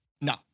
No